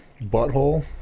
butthole